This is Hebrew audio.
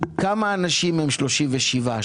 כמה אנשים עם 37%,